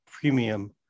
premium